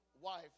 wife